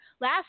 Last